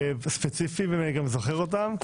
ספציפיים, ואני גם זוכר אותם.